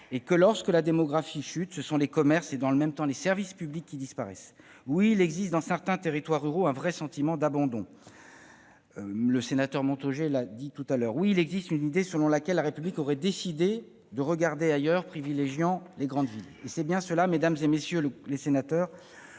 et que, lorsque la démographie chute, ce sont les commerces et dans le même temps les services publics qui disparaissent. Oui, il existe, dans certains territoires ruraux un vrai sentiment d'abandon, comme l'a souligné Franck Montaugé. Oui, il existe une idée selon laquelle la République aurait décidé de regarder ailleurs, privilégiant les grandes villes. C'est bien cela, mesdames, messieurs les sénateurs,